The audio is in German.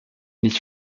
nicht